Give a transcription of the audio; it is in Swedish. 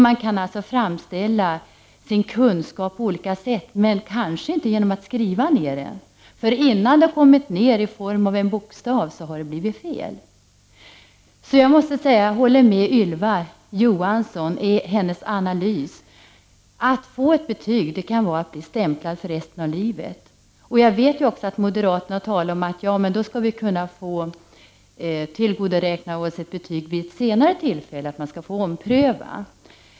Man kan alltså framställa sin kunskap på olika sätt, men kanske inte genom att skriva ner den. För innan den har kommit ner i form av en bokstav så har det blivit fel. Så jag måste säga att jag håller med Ylva Johansson i hennes analys: att få ett betyg kan vara att bli stämplad för resten av livet. Jag vet också att moderaterna har talat om att vi skall kunna få tillgodoräkna oss ett betyg vid ett senare tillfälle, att man skall få ompröva.